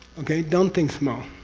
okay, don't think small.